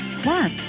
Plus